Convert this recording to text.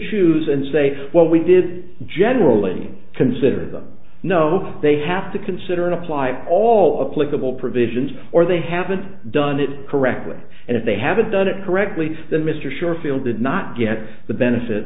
choose and say well we did generally consider them no they have to conserve and apply all of clickable provisions or they haven't done it correctly and if they haven't done it correctly the mr sure feels did not get the benefit